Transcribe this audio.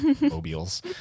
mobiles